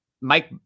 Mike